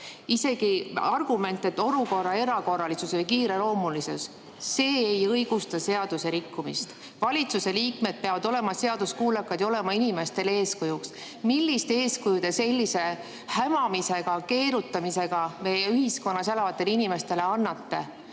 Isegi [viide] olukorra erakorralisusele või kiireloomulisusele ei õigusta seaduserikkumist. Valitsuse liikmed peavad olema seaduskuulekad ja olema inimestele eeskujuks. Millist eeskuju te sellise hämamisega, keerutamisega meie ühiskonnas elavatele inimestele annate?